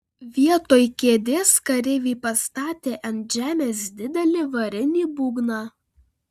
vietoj kėdės kareiviai pastatė ant žemės didelį varinį būgną